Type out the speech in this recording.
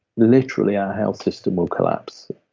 literally, our health system will collapse.